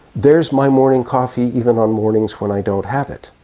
there's my morning coffee, even on mornings when i don't have it.